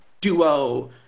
duo